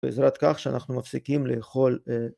בעזרת כך שאנחנו מפסיקים לאכול...